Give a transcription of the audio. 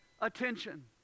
attention